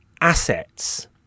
assets